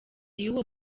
y’uwo